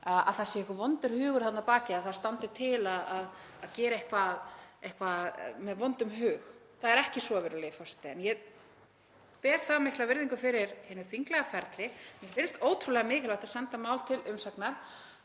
að það sé einhver vondur hugur þarna að baki, að það standi til að gera eitthvað með vondum hug. Það er ekki svo, virðulegi forseti, en ég ber það mikla virðingu fyrir hinu þinglega ferli að mér finnst ótrúlega mikilvægt að senda mál til umsagnar,